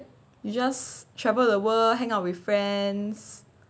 just travel the world hang out with friends